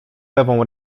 lewą